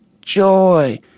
Joy